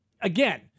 again